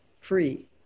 free